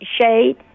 shade